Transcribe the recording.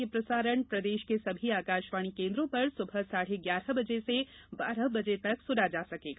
यह प्रसारण प्रदेश के सभी आकाशवाणी केन्द्रों पर सुबह साढ़े ग्यारह बजे से बारह बजे तक सुना जा सकेगा